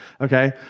okay